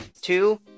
Two